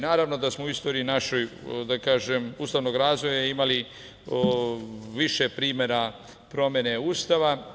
Naravno, da smo u istoriji našoj, da kažem ustavnog razvoja imali više primera promene Ustava.